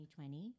2020